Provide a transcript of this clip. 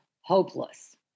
hopeless